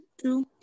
True